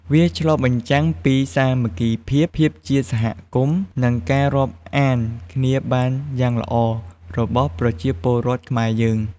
វាឆ្លុះបញ្ចាំងពីសាមគ្គីភាព ភាពជាសហគមន៍ និងការរាប់អានគ្នាបានយ៉ាងល្អរបស់ប្រជាពលរដ្ឋខ្មែរយើង។